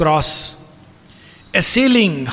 Assailing